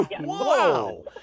Whoa